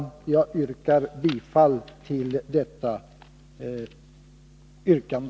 Jag hemställer om bifall till detta yrkande.